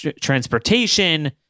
transportation